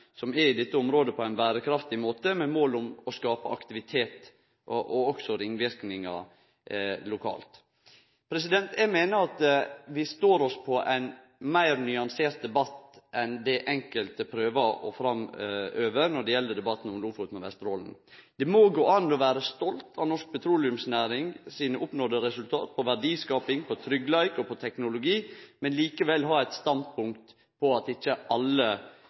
som er i dette området, på ein berekraftig måte, med mål om å skape aktivitet og også ringverknader lokalt. Eg meiner at vi står oss på ein meir nyansert debatt enn det enkelte prøver å framføre når det gjeld Lofoten og Vesterålen. Det må gå an å vere stolt av norsk petroleumsnæring sine oppnådde resultat for verdiskaping, tryggleik og teknologi, men likevel ha eit standpunkt om at ikkje alle